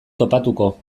topatuko